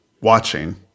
watching